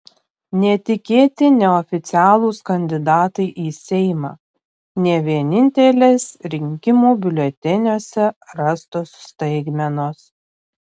netikėti neoficialūs kandidatai į seimą ne vienintelės rinkimų biuleteniuose rastos staigmenos